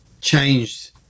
changed